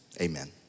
amen